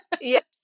Yes